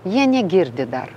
jie negirdi dar